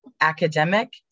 academic